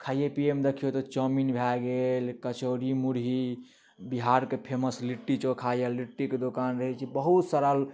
खाइये पियैमे देखियौ तऽ चाउमिन भए गेल कचौड़ी मुढ़ी बिहारकऽ फेमस लिट्टी चोखा यऽ लिट्टी कऽ दोकान रहैत छै बहुत सारा